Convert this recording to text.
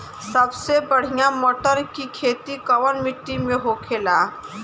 सबसे बढ़ियां मटर की खेती कवन मिट्टी में होखेला?